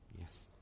Yes